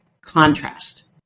contrast